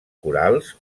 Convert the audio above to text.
corals